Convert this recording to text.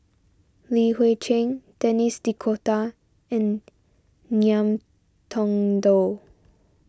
Li Hui Cheng Denis D'Cotta and Ngiam Tong Dow